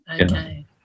okay